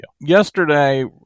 Yesterday